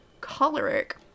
choleric